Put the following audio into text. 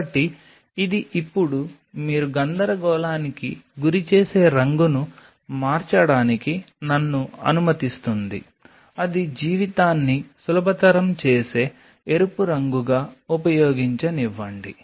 కాబట్టి ఇది ఇప్పుడు మీరు గందరగోళానికి గురిచేసే రంగును మార్చడానికి నన్ను అనుమతిస్తుంది అది జీవితాన్ని సులభతరం చేసే ఎరుపు రంగుగా ఉపయోగించనివ్వండి